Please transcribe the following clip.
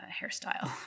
hairstyle